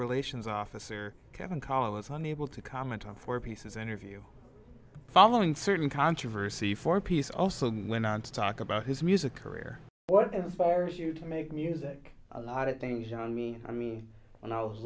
relations officer kevin carr was unable to comment on four pieces interview following certain controversy for peace also went on to talk about his music career what inspires you to make music a lot of things young men i mean when i was